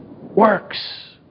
works